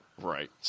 Right